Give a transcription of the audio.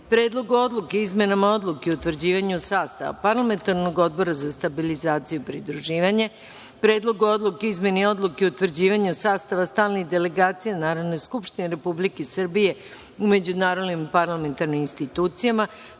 Predlogu odluke o izmenama Odluke o utvrđivanju sastava Parlamentarnog odbora za stabilizaciju i pridruživanje; Predlogu odluke o izmeni Odluke o utvrđivanju sastava stalnih delegacija Narodne skupštine Republike Srbije u međunarodnim parlamentarnim institucijama;